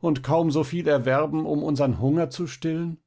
und kaum so viel erwerben um unsern hunger zu stillen